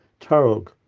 Tarog